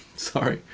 sorry.